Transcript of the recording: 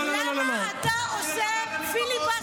למה שאני אתן לו עוד חוק?